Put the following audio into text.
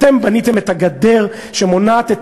אתם בניתם את הגדר שמונעת את